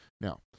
Now